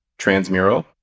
transmural